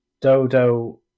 Dodo